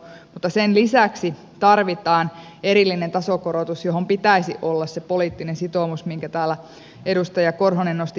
mutta sen lisäksi tarvitaan erillinen tasokorotus johon pitäisi olla se poliittinen sitoumus minkä täällä edustaja korhonen nosti esille